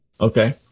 Okay